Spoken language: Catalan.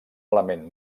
element